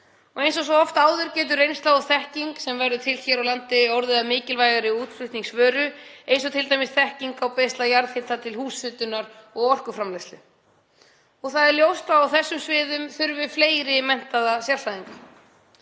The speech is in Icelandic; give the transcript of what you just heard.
eins og svo oft áður getur reynsla og þekking sem verður til hér á landi orðið að mikilvægri útflutningsvöru, eins og t.d. þekking á beislun jarðhita til húshitunar og orkuframleiðslu. Það er ljóst að á þessum sviðum þurfum við fleiri menntaða sérfræðinga.